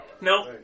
No